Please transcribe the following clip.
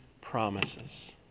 promises